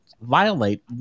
violate